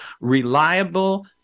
reliable